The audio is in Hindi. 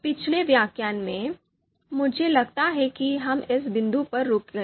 पिछले व्याख्यान में मुझे लगता है कि हम इस बिंदु पर रुक गए